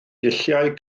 dulliau